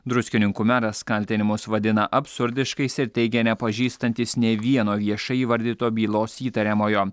druskininkų meras kaltinimus vadina absurdiškais ir teigė nepažįstantys nė vieno viešai įvardyto bylos įtariamojo